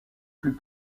plus